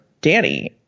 Danny